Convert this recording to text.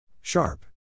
Sharp